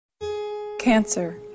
Cancer